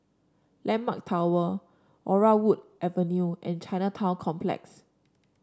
landmark Tower Laurel Wood Avenue and Chinatown Complex